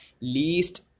least